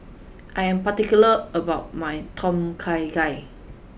I am particular about my Tom Kha Gai